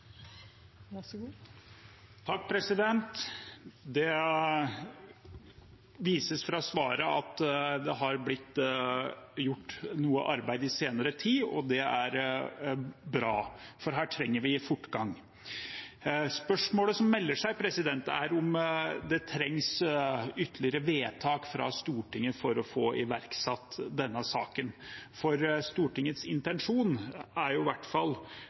har blitt gjort noe arbeid i senere tid, og det er bra, for her trenger vi fortgang. Spørsmålet som melder seg, er om det trengs ytterligere vedtak fra Stortinget for å få iverksatt denne saken. For Stortingets intensjon er i hvert fall